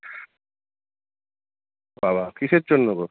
বাবা কীসের জন্য গো